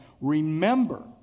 Remember